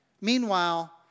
Meanwhile